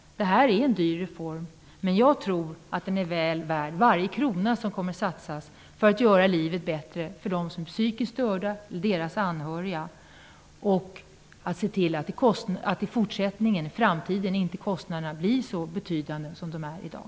Det här är en dyr reform, men den är väl värd varje krona som kommer att satsas för att göra livet bättre för dem som är psykiskt störda eller deras anhöriga. I framtiden gäller det att se till att kostnaderna inte blir så betydande som de är i dag.